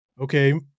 okay